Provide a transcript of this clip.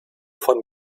von